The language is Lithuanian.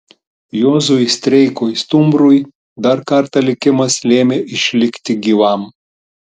juozui streikui stumbrui dar kartą likimas lėmė išlikti gyvam